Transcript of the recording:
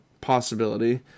possibility